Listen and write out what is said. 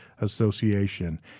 Association